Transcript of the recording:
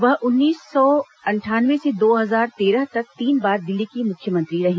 वह उन्नीस सौ अंठानवे से दो हजार तेरह तक तीन बार दिल्ली की मुख्यमंत्री रही